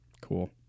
Cool